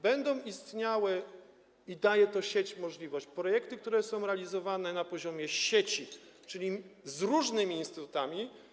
Będą istniały - i to sieć daje tę możliwość - projekty, które są realizowane na poziomie sieci, czyli z różnymi instytutami.